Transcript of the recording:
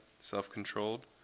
self-controlled